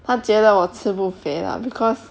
他觉得我吃不肥 lah because